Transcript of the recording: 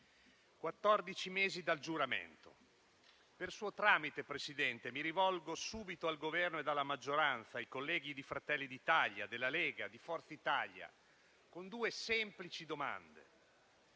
mesi dal giuramento. Per suo tramite, signor Presidente, mi rivolgo subito al Governo, alla maggioranza, ai colleghi di Fratelli d'Italia, della Lega, di Forza Italia, con due semplici domande.